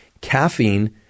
Caffeine